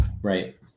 Right